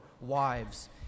wives